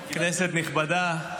כנסת נכבדה,